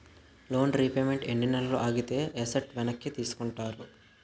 Loan repayment ఎన్ని నెలలు ఆగితే ఎసట్ వెనక్కి తీసుకుంటారు?